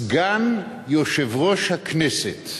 סגן יושב-ראש הכנסת